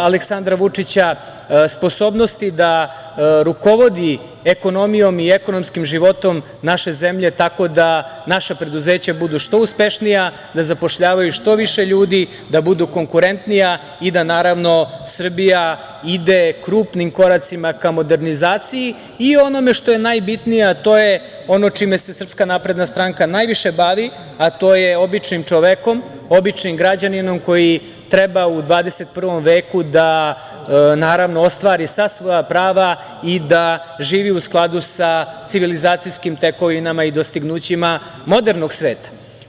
Aleksandra Vučića, sposobnosti da rukovodi ekonomijom i ekonomskim životom naše zemlje, tako da naša preduzeća budu što uspešnija, da zapošljavaju što više ljudi, da budu konkurentnija i da Srbija ide krupnim koracima ka modernizaciji i onome što je najbitnije, a to je ono čime se SNS najviše bavi, a to je običnim čovekom, običnim građaninom koji treba u 21. veku ostvari sva svoja prava i da živi u skladu sa svojim civilizacijiskim tekovinama i dostignućima modernog sveta.